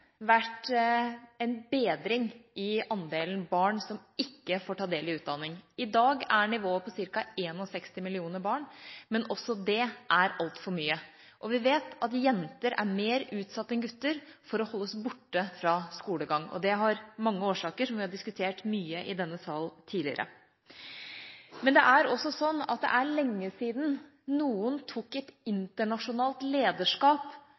vært en bedring i andelen barn som ikke får ta del i utdanning. I dag er nivået på ca. 61 millioner barn, men også det er altfor mye. Vi vet at jenter er mer utsatt enn gutter for å holdes borte fra skolegang. Det har mange årsaker, som vi har diskutert mye i denne sal tidligere. Det er lenge siden noen tok et internasjonalt lederskap